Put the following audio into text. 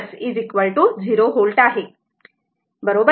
तर हे v0 0 volt आहे बरोबर